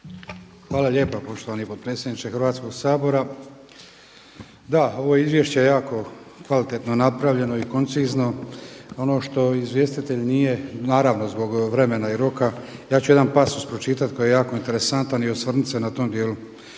Hvala lijepa poštovani potpredsjedniče Hrvatskog sabora. Da, ovo je izvješće jako kvalitetno napravljeno i koncizno i ono što izvjestitelj nije naravno zbog vremena i roka, ja ću jedan pasus pročitati koji je jako interesantan i osvrnuti se na tom dijelu.